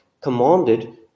commanded